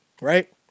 right